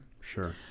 sure